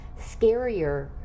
scarier